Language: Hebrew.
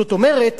זאת אומרת,